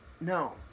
no